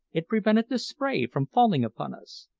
it prevented the spray from falling upon us.